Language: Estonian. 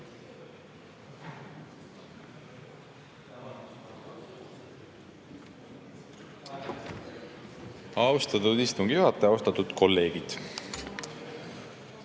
Austatud istungi juhataja! Austatud kolleegid!